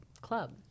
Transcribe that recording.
club